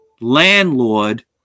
landlord